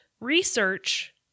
Research